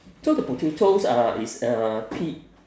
so the potatoes are is uh P